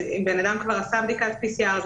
שבן אדם כבר עשה בדיקת PCR,